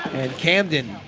camden